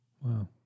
Wow